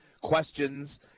questions